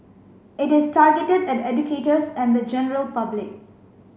it is targeted at educators and the general public